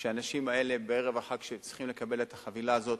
שהאנשים האלה שבערב החג צריכים לקבל את החבילה הזאת